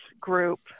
group